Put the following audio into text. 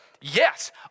yes